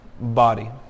body